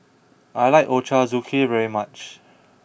I like Ochazuke very much